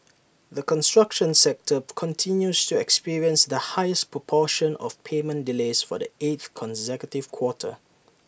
the construction sector continues to experience the highest proportion of payment delays for the eighth consecutive quarter